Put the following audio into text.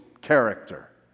character